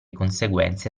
conseguenze